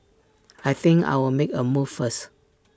I think I'll make A move first